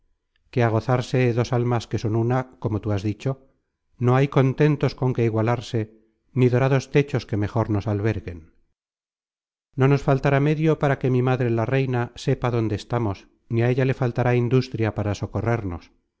que á gozarse dos almas que son una como tú has dicho no hay contentos con que igualarse ni dorados techos que mejor nos alberguen no nos faltará medio para que mi madre la reina sepa dónde estamos ni á ella le faltará industria para socorrernos